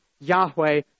Yahweh